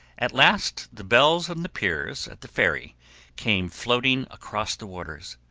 at last the bells on the piers at the ferry came floating across the waters,